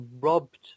robbed